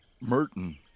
Merton